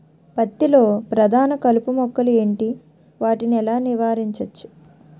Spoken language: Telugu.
పత్తి లో ప్రధాన కలుపు మొక్కలు ఎంటి? వాటిని ఎలా నీవారించచ్చు?